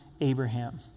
Abraham